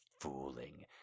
fooling